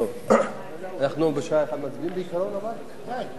תודיעו לכולם לבוא להצביע בשעה 01:00. כן.